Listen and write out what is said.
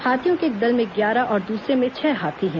हाथियों के एक दल में ग्यारह और दूसरे में छह हाथी हैं